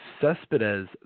Cespedes